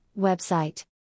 Website